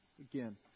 Again